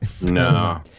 No